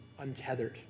untethered